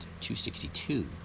262